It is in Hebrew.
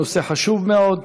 נושא חשוב מאוד.